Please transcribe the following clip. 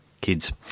kids